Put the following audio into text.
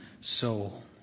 soul